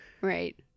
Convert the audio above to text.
Right